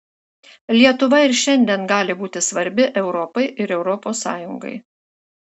lietuva ir šiandien gali būti svarbi europai ir europos sąjungai